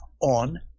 on